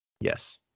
Yes